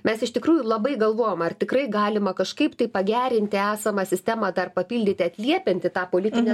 mes iš tikrųjų labai galvojom ar tikrai galima kažkaip tai pagerinti esamą sistemą dar papildyti atliepiant į tą politinę